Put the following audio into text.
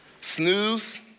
Snooze